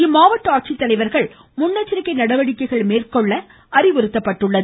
இம்மாவட்ட ஆட்சித்தலைவர்கள் முன்னெச்சரிக்கை நடவடிக்கைகளை மேற்கொள்ளவும் அறிவுறுத்தப்பட்டுள்ளது